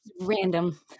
Random